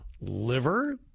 liver